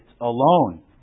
alone